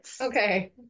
Okay